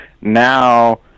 now